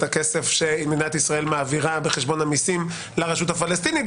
הכסף שמדינת ישראל מעבירה בחשבון המיסים לרשות הפלסטינית.